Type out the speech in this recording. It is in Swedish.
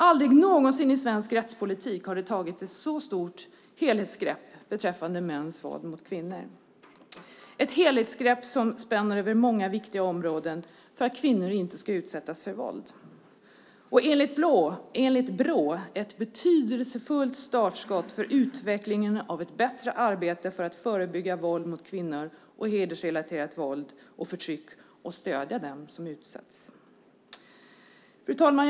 Aldrig någonsin i svensk rättspolitik har det tagits ett så stort helhetsgrepp beträffande mäns våld mot kvinnor. Det är ett helhetsgrepp som spänner över många viktiga områden för att kvinnor inte ska utsättas för våld. Enligt Brå är det ett betydelsefullt startskott för utvecklingen av ett bättre arbete för att förebygga våld mot kvinnor och hedersrelaterat våld och förtryck samt stödja dem som utsatts. Fru talman!